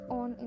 on